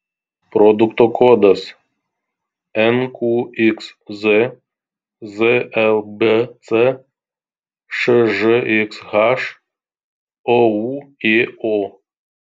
produkto kodas nqxz zlbc šžxh oūėo